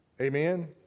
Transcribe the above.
Amen